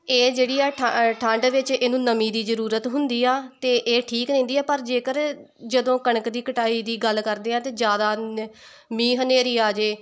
ਇਹ ਜਿਹੜੀ ਆ ਠੰ ਠੰਡ ਵਿੱਚ ਇਹਨੂੰ ਨਮੀਂ ਦੀ ਜ਼ਰੂਰਤ ਹੁੰਦੀ ਆ ਅਤੇ ਇਹ ਠੀਕ ਰਹਿੰਦੀ ਆ ਪਰ ਜੇਕਰ ਜਦੋਂ ਕਣਕ ਦੀ ਕਟਾਈ ਦੀ ਗੱਲ ਕਰਦੇ ਹਾਂ ਤਾਂ ਜ਼ਿਆਦਾ ਨ ਮੀਂਹ ਹਨੇਰੀ ਆ ਜਾਵੇ